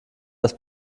das